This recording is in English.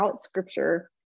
Scripture